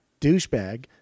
douchebag